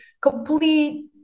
complete